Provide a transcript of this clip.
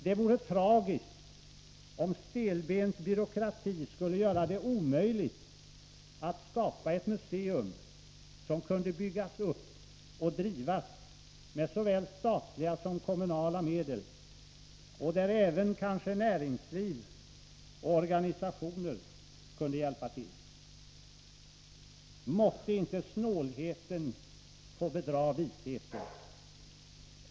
Det vore tragiskt om stelbent byråkrati skulle göra det omöjligt att skapa ett museum som kunde byggas upp och drivas med såväl statliga som kommunala medel och där kanske även näringsliv och organisationer kunde hjälpa till. Måtte inte snålheten få bedra visheten!